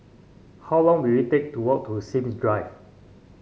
how long will it take to walk to Sims Drive